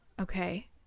Okay